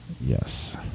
Yes